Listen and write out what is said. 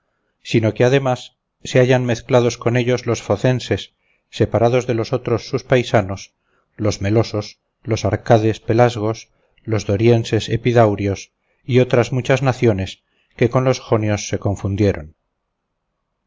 sino que además se hallan mezclados con ellos los focenses separados de los otros sus paisanos los melosos los arcades pelasgos los dorienses epidaurios y otras muchas naciones que con los jonios se confundieron